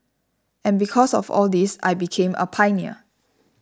and because of all this I became a pioneer